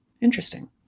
interesting